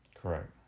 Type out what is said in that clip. Correct